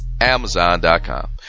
Amazon.com